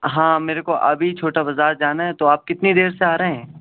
ہاں میرے کو ابھی چھوٹا بازار جانا ہے تو آپ کتنی دیر سے آ رہے ہیں